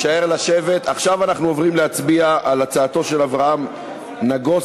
עכשיו אנחנו עוברים להצביע על הצעתו של אברהם נגוסה.